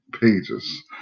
pages